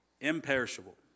imperishable